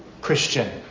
Christian